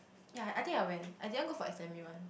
ya I think I went I didn't go for S_M_U one